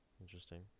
Interesting